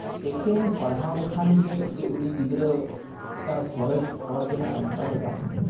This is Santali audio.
ᱮᱠᱮᱱ ᱯᱟᱲᱦᱟᱣ ᱞᱮᱠᱷᱟᱱ ᱜᱮ ᱡᱮ ᱩᱱᱤ ᱜᱤᱫᱽᱨᱟᱹ ᱢᱤᱫᱴᱟᱱ ᱥᱚᱨᱮᱥ ᱦᱚᱲ ᱵᱮᱱᱟᱜᱼᱟ ᱚᱱᱠᱟᱫᱚ ᱵᱟᱝ